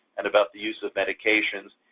and about the use of medications,